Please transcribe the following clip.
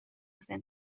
zen